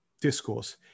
discourse